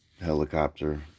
helicopter